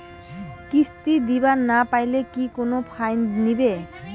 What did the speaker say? কিস্তি দিবার না পাইলে কি কোনো ফাইন নিবে?